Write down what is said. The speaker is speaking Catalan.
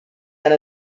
tant